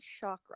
chakra